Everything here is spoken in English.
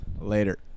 Later